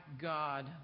God